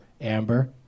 Amber